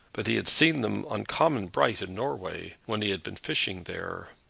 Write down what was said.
but he had seen them uncommon bright in norway, when he had been fishing there.